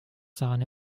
sahne